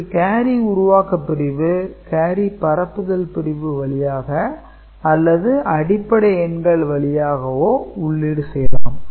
இதில் கேரி உருவாக்க பிரிவு கேரி பரப்புதல் பிரிவு வழியாக அல்லது அடிப்படை எண்கள் வழியாகவோ உள்ளீடு செய்யலாம்